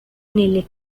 nelle